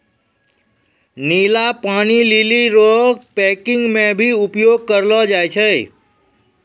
नीला पानी लीली रो पैकिंग मे भी उपयोग करलो जाय छै